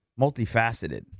multifaceted